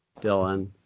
Dylan